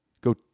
go